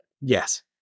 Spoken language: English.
Yes